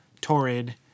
Torrid